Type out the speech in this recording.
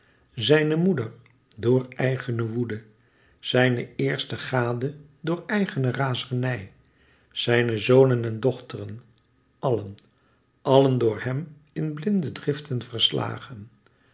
zijne moeder door eigene woede zijne eerste gade door eigene razernij zijne zonen en dochteren allen allen door hèm in blinde driften verslagen